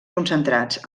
concentrats